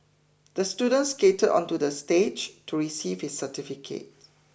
the student skated onto the stage to receive his certificate